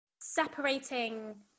separating